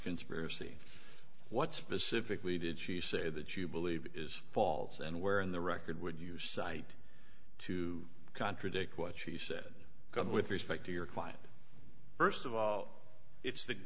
conspiracy what specifically did she say that you believe is false and where in the record would you cite to contradict what she said come with respect to your client first of all it's the